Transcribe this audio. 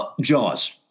Jaws